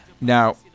Now